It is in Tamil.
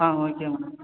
ah okay madam